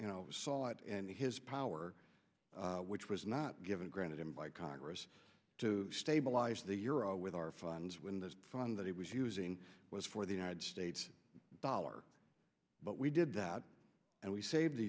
you know sought and his power which was not given granted him by congress to stabilize the euro with our funds when this fund that he was using was for the united states dollar but we did that and we save the